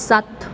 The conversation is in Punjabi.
ਸੱਤ